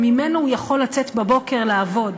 וממנו הוא יכול לצאת בבוקר לעבוד,